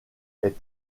est